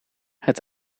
het